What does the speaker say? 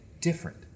different